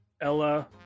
ella